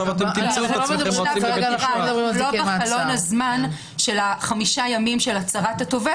אנחנו לא בחלון הזמן של חמשת הימים של הצהרת התובע